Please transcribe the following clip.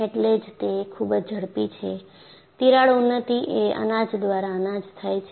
એટલે જ તે ખૂબ જ ઝડપી છે તિરાડ ઉન્નતી એ અનાજ દ્વારા અનાજ થાય છે